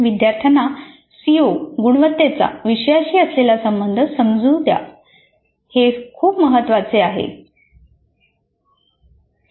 विद्यार्थ्यांना सीओ गुणवत्तेचा विषयाशी असलेला संबंध समजू द्या हे खूप महत्वाचे आहे